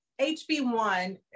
HB1